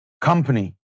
company